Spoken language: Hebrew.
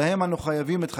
שלהם אנו חייבים את חיינו.